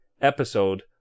episode